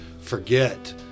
forget